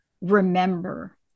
remember